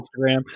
Instagram